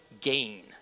gain